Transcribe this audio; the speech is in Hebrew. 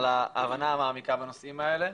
על ההבנה המעמיקה בנושאים האלה.